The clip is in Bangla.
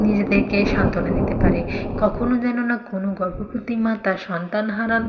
নিজেদেরকে সান্ত্বনা দিতে পারে কখনো যেন না কোনো গর্ভবতী মা তার সন্তান হারান